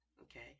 Okay